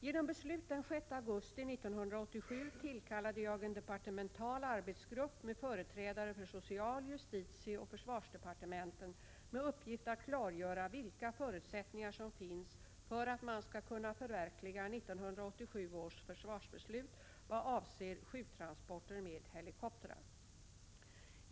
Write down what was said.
Genom beslut den 6 augusti 1987 tillkallade jag en departemental arbetsgrupp med företrädare för social-, justitieoch försvarsdepartementen med uppgift att klargöra vilka förutsättningar som finns för att man skall kunna förverkliga 1987 års försvarsbeslut vad avser sjuktransporter med helikoptrar.